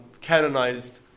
canonized